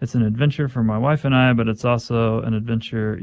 it's an adventure for my wife and i, but it's also an adventure, you